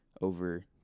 over